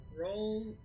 Roll